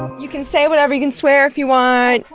you can say whatever. you can swear if you want.